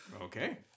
Okay